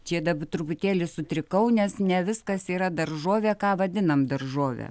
čia dab truputėlį sutrikau nes ne viskas yra daržovė ką vadinam daržove